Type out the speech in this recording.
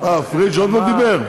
אה, פריג' עוד לא דיבר?